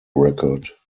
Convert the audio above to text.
record